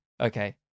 okay